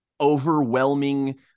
overwhelming